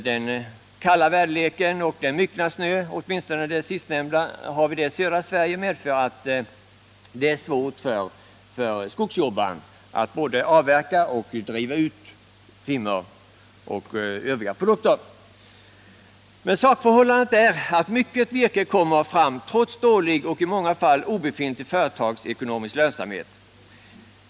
Den kalla väderleken och den myckna snön har medfört att det är svårt för skogsarbetaren både att avverka och att driva ut timmer och övriga sortiment. Sakförhållandet är dock att mycket virke kommer fram trots dålig och i många fall obefintlig företagsekonomisk lönsamhet.